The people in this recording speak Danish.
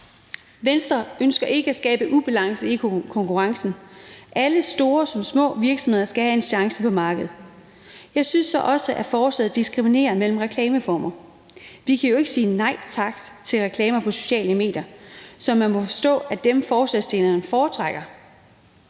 Venstre ønsker ikke at skabe ubalance i konkurrencen. Alle store og små virksomheder skal have en chance på markedet. Jeg synes så også, at forslaget diskriminerer mellem reklameformer. Vi kan jo ikke sige nej tak til reklamer på sociale medier, som man må forstå er dem forslagsstillerne foretrækker.